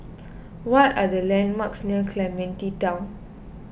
what are the landmarks near Clementi Town